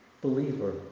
believer